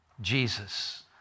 Jesus